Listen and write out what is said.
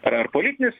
ar ar politinis